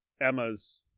Emma's